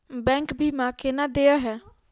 Bank बीमा केना देय है?